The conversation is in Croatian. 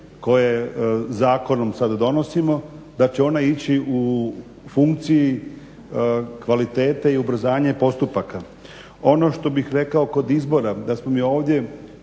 koje zakonom sad donosimo da će one ići u funkciji kvalitete i ubrzanja postupka. Ono što bih rekao kod izbora, da su mi ovdje